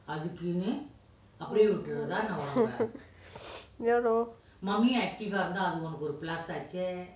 ya lor